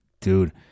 dude